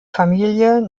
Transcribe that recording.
familie